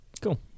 cool